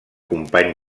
company